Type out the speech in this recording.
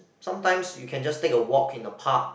sometimes you can just take a walk in the park